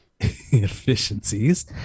efficiencies